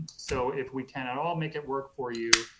so if we can at all make it work for you,